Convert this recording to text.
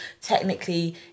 technically